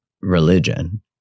religion